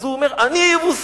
אז הוא אומר: אני יבוסי.